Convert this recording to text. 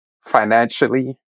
financially